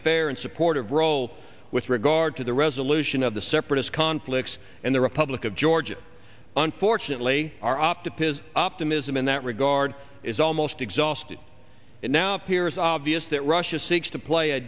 fair and supportive role with regard to the resolution of the separatist conflicts in the republic of georgia unfortunately our op to pizz optimism in that regard is almost exhausted it now appears obvious that russia seeks to play a